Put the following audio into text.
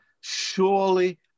surely